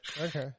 Okay